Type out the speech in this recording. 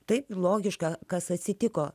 tai logiška kas atsitiko